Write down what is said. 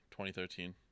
2013